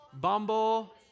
Bumble